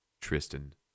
Tristan